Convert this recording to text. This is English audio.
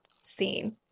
scene